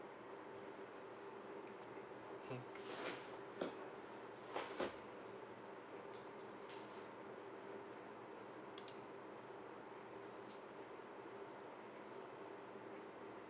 mm